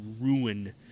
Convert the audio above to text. ruin